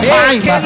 time